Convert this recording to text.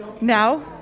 now